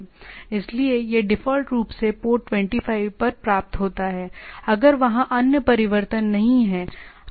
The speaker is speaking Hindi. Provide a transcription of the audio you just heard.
इसलिए यह डिफ़ॉल्ट रूप से पोर्ट 25 पर प्राप्त होता है अगर वहाँ अन्य परिवर्तन नहीं हैं